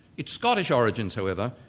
its scottish origins, however,